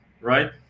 right